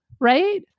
right